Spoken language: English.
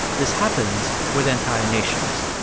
this happens with entire nations.